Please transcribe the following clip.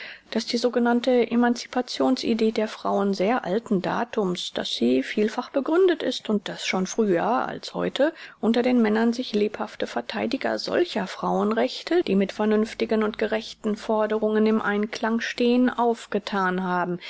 daß die sogenannte emancipationsidee der frauen sehr alten datums daß sie vielfach begründet ist und daß schon früher als heute unter den männern sich lebhafte vertheidiger solcher frauenrechte die mit vernünftigen und gerechten forderungen im einklang stehen aufgethan haben